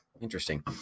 Interesting